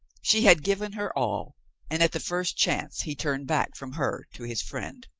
she had given her all and at the first chance he turned back from her to his friend.